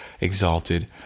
exalted